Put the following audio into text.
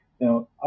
now